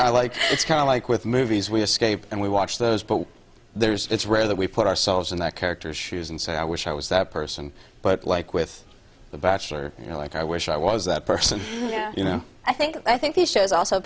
it's kind of like with movies we escape and we watch those but there's it's rare that we put ourselves in that character's shoes and say i wish i was that person but like with the bachelor you know like i wish i was that person you know i think i think these shows also